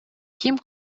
ким